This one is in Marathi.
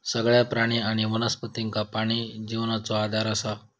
सगळ्या प्राणी आणि वनस्पतींका पाणी जिवनाचो आधार असा